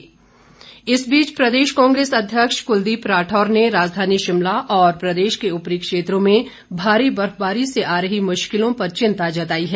राढौर इस बीच प्रदेश कांग्रेस अध्यक्ष कुलदीप राठौर ने राजधानी शिमला और प्रदेश के ऊपरी क्षेत्रों में भारी बर्फबारी से आ रही मुश्किलों पर चिंता जताई है